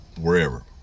wherever